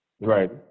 Right